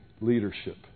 leadership